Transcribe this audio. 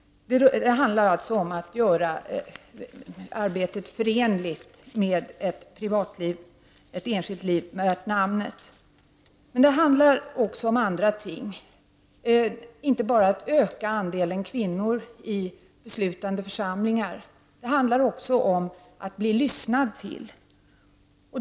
Det handlar alltså om att göra arbetet förenligt med ett privatliv, ett enskilt liv värt namnet. Men det handlar också om andra ting, inte bara om att öka andelen kvinnor i beslutande församlingar. Det handlar om att bli lyssnad till.